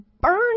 burn